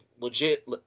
legit